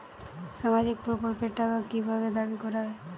সামাজিক প্রকল্পের টাকা কি ভাবে দাবি করা হয়?